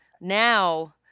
now